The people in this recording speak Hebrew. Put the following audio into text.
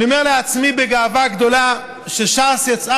אני אומר לעצמי בגאווה גדולה שש"ס יצאה